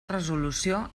resolució